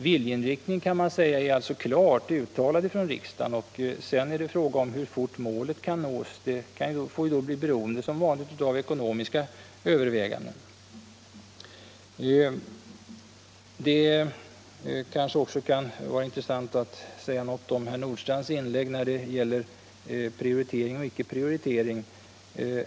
Viljeinriktningen är alltså klart uttalad från riksdagen, och sedan är det fråga om hur fort målet kan nås. Det får som vanligt bli beroende av ekonomiska överväganden. Det kanske också kan vara intressant att säga något om herr Nordstrandhs inlägg när det gäller prioritering och icke prioritering.